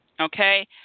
Okay